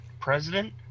President